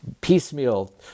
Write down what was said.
piecemeal